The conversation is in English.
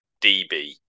DB